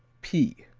p